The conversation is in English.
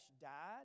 died